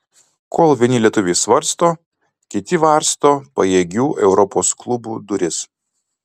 kol vieni lietuviai svarsto kiti varsto pajėgių europos klubų duris